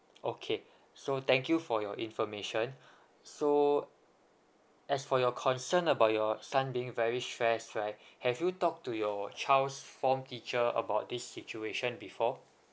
okay so thank you for your information so as for your concern about your son being very stress right have you talked to your child's form teacher about this situation before